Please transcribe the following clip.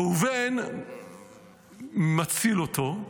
ראובן מציל אותו,